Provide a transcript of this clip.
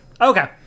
Okay